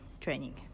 training